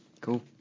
Cool